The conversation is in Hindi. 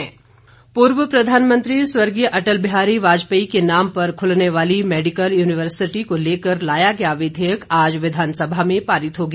विधेयक पूर्व प्रधानमंत्री स्वर्गीय अटल बिहारी वाजपेयी के नाम पर खुलने वाली मैडीकल यूनिवर्सिटी को लेकर लाया गया विधेयक आज विधानसभा में पारित हो गया